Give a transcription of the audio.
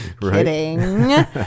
kidding